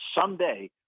someday